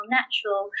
natural